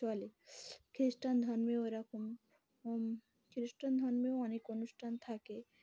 চলে খ্রিস্টান ধর্মে এরকমম খ্রিস্টান ধর্মেও অনেক অনুষ্ঠান থাকে